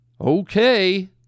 Okay